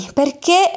perché